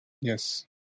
Yes